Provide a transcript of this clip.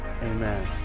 Amen